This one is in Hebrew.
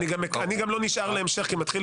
אני גם לא נשאר להמשך כי מתחיל לי דיון,